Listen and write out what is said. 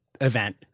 event